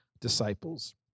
disciples